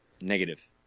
Negative